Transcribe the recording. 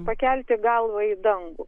pakelti galvą į dangų